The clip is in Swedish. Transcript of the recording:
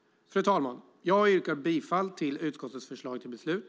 Fru talman! Jag yrkar bifall till utskottets förslag till beslut.